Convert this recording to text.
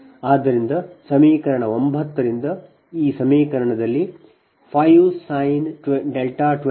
ಆದ್ದರಿಂದ ಸಮೀಕರಣ 9 ರಿಂದ ಈ ಸಮೀಕರಣದಲ್ಲಿ 5sin 23 0